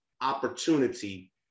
opportunity